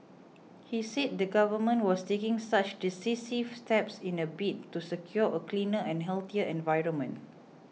he said the Government was taking such decisive steps in a bid to secure a cleaner and healthier environment